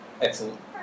Excellent